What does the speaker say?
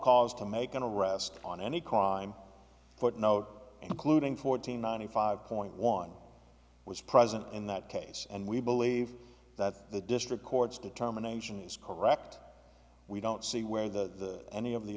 cause to make an arrest on any crime footnote including fourteen ninety five point one was present in that case and we believe that the district court's determination is correct we don't see where the any of the